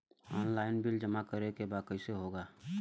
Online bill जमा करे के बा कईसे होगा?